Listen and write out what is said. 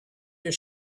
his